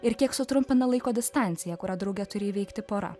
ir kiek sutrumpina laiko distancija kurią drauge turi įveikti pora